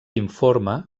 informe